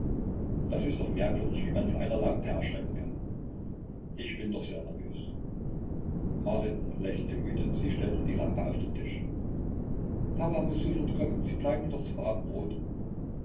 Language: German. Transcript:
das ist doch merkwürdig wie man vor einer lampe erschrecken kann ich bin doch sehr nervös marit lächelte müde sie stellte die lampe auf den tisch papa muß sofort kommen sie bleiben doch zum abendbrot